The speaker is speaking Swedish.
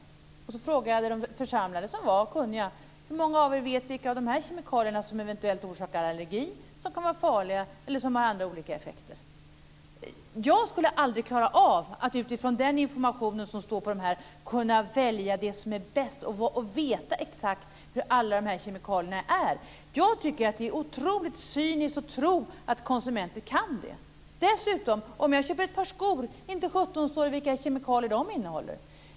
Sedan frågade jag de församlade, som var kunniga personer: Hur många av er vet vilka av de här kemikalierna som eventuellt orsakar allergi, som kan vara farliga eller som har andra olika effekter? Jag skulle aldrig klara av att utifrån denna information välja det som är bäst och veta exakt hur alla dessa kemikalier är. Jag tycker att det är otroligt cyniskt att tro att konsumenter kan det. Dessutom: Om jag köper ett par skor, inte sjutton står det vilka kemikalier de innehåller!